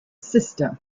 sister